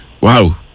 Wow